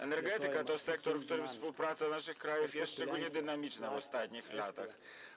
Energetyka to sektor, w którym współpraca naszych krajów jest szczególnie dynamiczna w ostatnich latach.